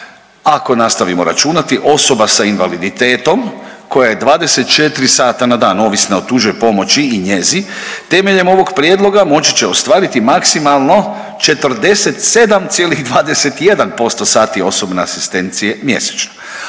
Ako nastavimo računati, osoba s invaliditetom koja je 24 sata na dan ovisna o tuđoj pomoći i njezi, temeljem ovog prijedloga mogući će ostvariti maksimalno 47,21% sati osobne asistencije mjesečno,